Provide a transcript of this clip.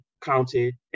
county